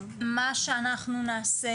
מה שאנחנו נעשה